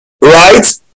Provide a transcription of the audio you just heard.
right